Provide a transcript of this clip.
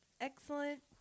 excellent